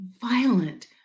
Violent